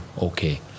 okay